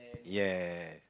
yes